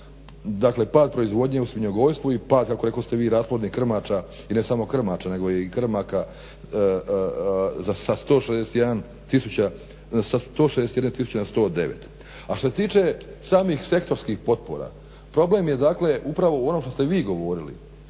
nego pad proizvodnje u svinjogojstvu i pad kako rekoste vi rasplodnih krmača i ne samo krmača nego i krmaka sa 161 tisuće na 109. A što se tiče samih sektorskih potpora problem je dakle upravo u onom što ste vi govorili,